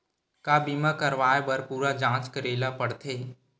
का बीमा कराए बर पूरा जांच करेला पड़थे?